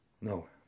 No